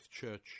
Church